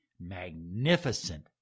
magnificent